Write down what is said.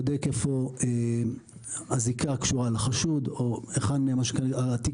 רואה איפה הזיקה הקשורה לחשוד או היכן התיק